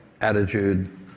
attitude